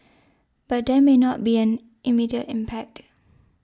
but there may not be an immediate impact